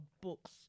books